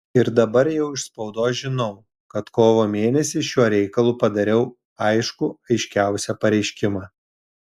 ir dabar jau iš spaudos žinau kad kovo mėnesį šiuo reikalu padariau aiškų aiškiausią pareiškimą